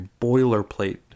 boilerplate